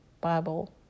Bible